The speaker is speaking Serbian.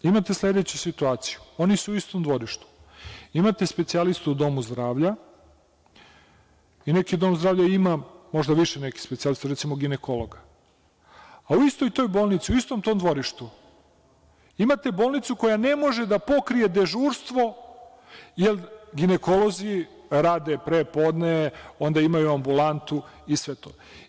Imate sledeću situaciju, oni su u istom dvorištu, imate specijalistu u domu zdravlja i neki dom zdravlja ima možda više nekih specijalista, recimo ginekologa, a u istoj toj bolnici, u istom tom dvorištu imate bolnicu koja ne može da pokrije dežurstvo jer ginekolozi rade prepodne, onda imaju ambulantu i sve to.